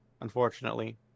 unfortunately